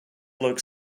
looked